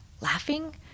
Laughing